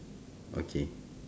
okay